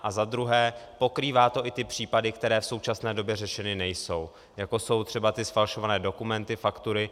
A za druhé, pokrývá to i ty případy, které v současné době řešeny nejsou, jako jsou třeba ty zfalšované dokumenty, faktury.